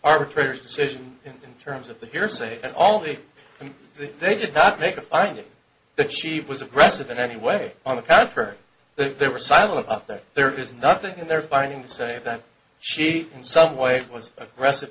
arbitrator's decision in terms of the hearsay all the and they did not make a finding that she was aggressive in any way on the contrary they were silent up there there is nothing in there finding the say that she in some way was aggressive